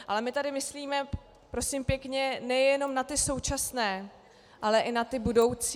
Ale my tady myslíme, prosím pěkně, nejenom na ty současné, ale i na ty budoucí.